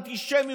אנטישמיות,